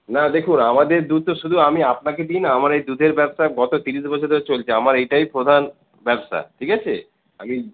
না দেখুন আমাদের দুধ শুধু আমি আপনাকে দিইনা আমার এই দুধের ব্যবসা গত তিরিশ বছর ধরে চলছে আমার এটাই প্রধান ব্যবসা ঠিক আছে আমি